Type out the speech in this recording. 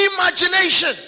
imagination